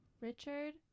Richard